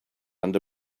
under